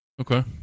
Okay